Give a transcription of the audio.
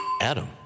Adam